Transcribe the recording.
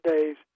days